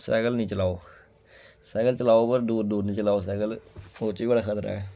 cycle निं चलाओ cycle चलाओ पर दूर दूर निं चलाओ सैकल ओह्दे च बी बड़ा खतरा ऐ